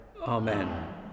Amen